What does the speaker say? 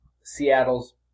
Seattle's